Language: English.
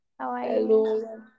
hello